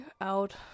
out